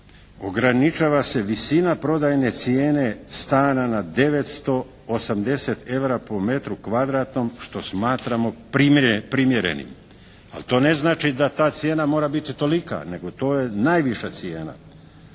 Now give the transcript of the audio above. Ograničava se visina prodajne cijene na 980 eura po metru kvadratnom što smatramo primjerenim. Ali to ne znači da ta cijena mora biti tolika. Nego to je najviša cijena.